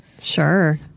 Sure